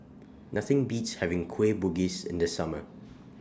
Nothing Beats having Kueh Bugis in The Summer